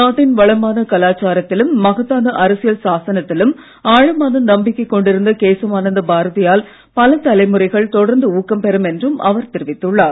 நாட்டின் வளமான கலாச்சாரத்திலும் மகத்தான அரசியல் சாசனத்திலும் ஆழமான நம்பிக்கை கொண்டிருந்த கேசவானந்த பாரதியால் பல தலைமுறைகள் தொடர்ந்து ஊக்கம் பெறும் என்றும் அவர் தெரிவித்துள்ளார்